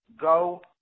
go